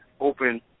open